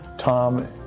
Tom